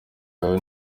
yawe